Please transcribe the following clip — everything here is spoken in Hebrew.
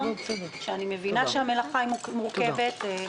אני מבינה שהמלאכה מורכבת.